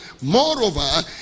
moreover